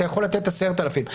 אתה יכול לתת 10,000 שקל.